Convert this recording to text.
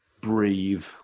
breathe